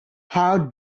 how